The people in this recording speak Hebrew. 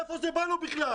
מאיפה זה בא לו בכלל?